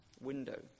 window